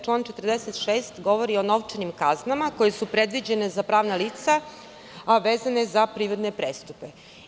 Član 46. govori o novčanim kaznama koje su predviđene za pravna lica, a vezane za privredne prestupe.